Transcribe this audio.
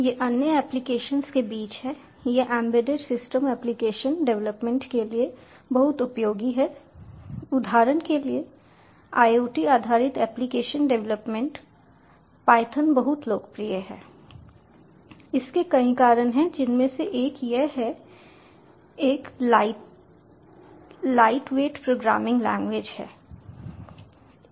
यह अन्य एप्लीकेशंस के बीच है यह एम्बेडेड सिस्टम एप्लीकेशन डवलपमेंट के लिए बहुत उपयोगी है उदाहरण के लिए IoT आधारित एप्लीकेशन डवलपमेंट पायथन बहुत लोकप्रिय है इसके कई कारण हैं जिनमें से एक यह एक लाइटवेट प्रोग्रामिंग लैंग्वेज है